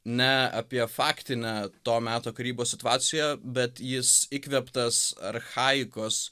ne apie faktinę to meto karybos situaciją bet jis įkvėptas archaikos